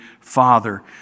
father